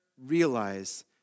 realize